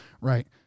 Right